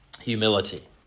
humility